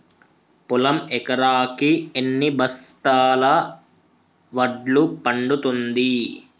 పొలం ఎకరాకి ఎన్ని బస్తాల వడ్లు పండుతుంది?